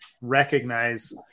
recognize